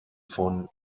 von